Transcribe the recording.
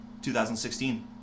2016